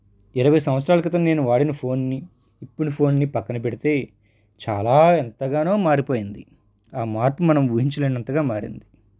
ఇరవై సంవత్సరాల క్రితం నేను వాడిన ఫోన్ని ఇప్పుడి ఫోన్ని పక్కన పెడితే చాలా ఎంతగానో మారిపోయింది ఆ మార్పు మనం ఊహించలేనంతగా మారింది